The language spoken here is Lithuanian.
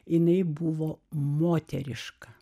jinai buvo moteriška